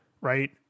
right